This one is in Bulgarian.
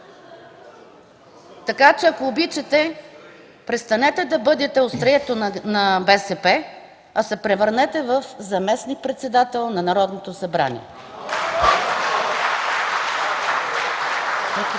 Така че ако обичате престанете да бъдете острието на БСП, а се превърнете в заместник-председател на Народното събрание.